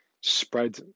spread